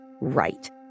right